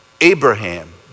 Abraham